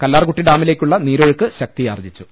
കല്ലാർകുട്ടി ഡാമിലേക്കുള്ള നീരൊഴുക്ക് ശക്തിയാർജ്ജിച്ചു